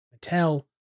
Mattel